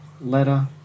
letter